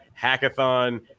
hackathon